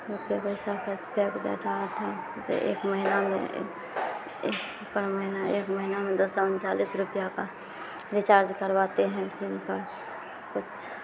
रुपया पैसा plus pack data आता है वह तो एक महीना में एक महीना एक महीना में दो सौ उनचालीस रुपये का रीचार्ज करवाते हैं सिम पर कुछ